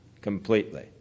Completely